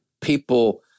people